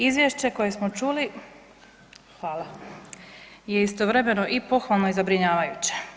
Izvješće koje smo čuli, hvala, je istovremeno i pohvalno i zabrinjavajuće.